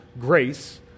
grace